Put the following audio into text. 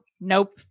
Nope